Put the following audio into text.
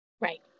Right